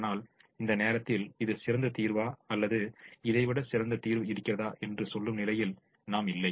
ஆனால் இந்த நேரத்தில் இது சிறந்த தீர்வா அல்லது இதை விட சிறந்த தீர்வு இருக்கிறதா என்று சொல்லும் நிலையில் நாம் இல்லை